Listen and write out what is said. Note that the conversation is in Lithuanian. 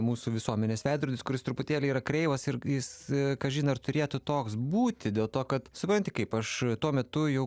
mūsų visuomenės veidrodis kuris truputėlį yra kreivas ir jis kažin ar turėtų toks būti dėl to kad supranti kaip aš tuo metu jau